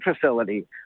facility